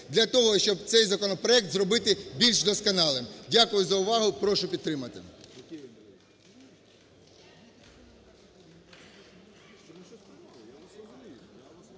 для того, щоб цей законопроект зробити більш досконалим. Дякую за увагу. Прошу підтримати.